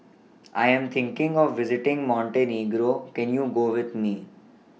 I Am thinking of visiting Montenegro Can YOU Go with Me